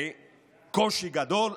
בקושי גדול,